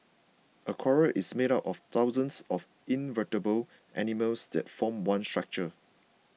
a coral is made up of thousands of invertebrate animals that form one structure